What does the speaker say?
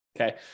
okay